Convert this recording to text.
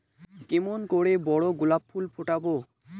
কেমন করে বড় গোলাপ ফুল ফোটাব?